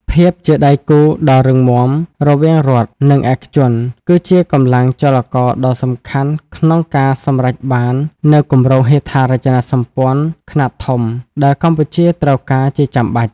ភាពជាដៃគូដ៏រឹងមាំរវាងរដ្ឋ និងឯកជន គឺជាកម្លាំងចលករដ៏សំខាន់ក្នុងការសម្រេចបាននូវគម្រោងហេដ្ឋារចនាសម្ព័ន្ធខ្នាតធំ ដែលកម្ពុជាត្រូវការជាចាំបាច់។